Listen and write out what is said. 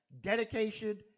dedication